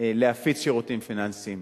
להפיץ שירותים פיננסיים,